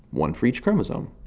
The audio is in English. one for each chromosome.